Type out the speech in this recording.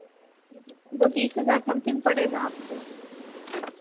वो तीस हज़ार समथिंग पड़ेगा आपको